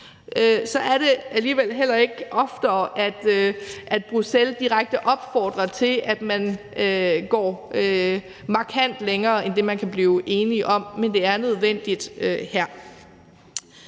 så er det alligevel heller ikke oftere, at Bruxelles direkte opfordrer til, at man går markant længere end det, man kan blive enige om. Men det er nødvendigt her.